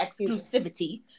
exclusivity